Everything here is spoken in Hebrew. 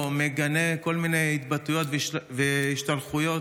או מגנה כל מיני התבטאויות והשתלחויות.